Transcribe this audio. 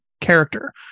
character